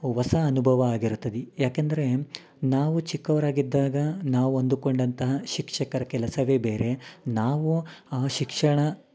ಹೊಸ ಅನುಭವ ಆಗಿರುತ್ತದೆ ಯಾಕೆಂದರೆ ನಾವು ಚಿಕ್ಕವರಾಗಿದ್ದಾಗ ನಾವು ಅಂದುಕೊಂಡಂತಹ ಶಿಕ್ಷಕರ ಕೆಲಸವೇ ಬೇರೆ ನಾವು ಆ ಶಿಕ್ಷಣ